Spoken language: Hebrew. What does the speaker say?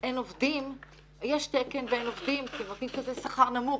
יש תקן ואין עובדים כי הם נותנים כזה שכר נמוך